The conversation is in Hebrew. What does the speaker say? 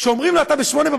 כשאומרים לו: אתה ב-08:00,